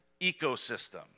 ecosystem